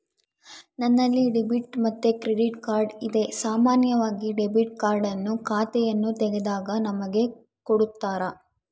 ನನ್ನಲ್ಲಿ ಡೆಬಿಟ್ ಮತ್ತೆ credit card ಇದೆ, ಸಾಮಾನ್ಯವಾಗಿ ಡೆಬಿಟ್ ಕಾರ್ಡ್ ಅನ್ನು ಖಾತೆಯನ್ನು ತೆಗೆದಾಗ ನಮಗೆ ಕೊಡುತ್ತಾರ